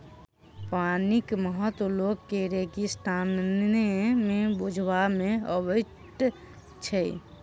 पानिक महत्व लोक के रेगिस्ताने मे बुझबा मे अबैत छै